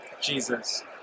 Jesus